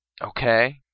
Okay